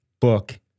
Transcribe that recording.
book